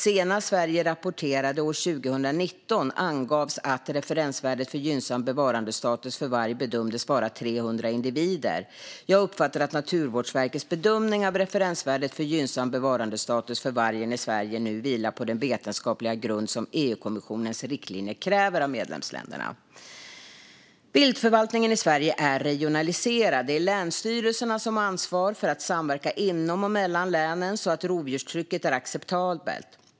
Senast Sverige rapporterade, år 2019, angavs att referensvärdet för gynnsam bevarandestatus för varg bedömdes vara 300 individer. Jag uppfattar att Naturvårdsverkets bedömning av referensvärdet för gynnsam bevarandestatus för vargen i Sverige nu vilar på den vetenskapliga grund som EU-kommissionens riktlinjer kräver av medlemsländerna. Viltförvaltningen i Sverige är regionaliserad. Det är länsstyrelserna som har ansvar för att samverka inom och mellan länen så att rovdjurstrycket är acceptabelt.